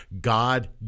God